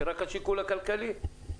שרק השיקול הכלכלי קיים?